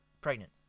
pregnant